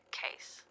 case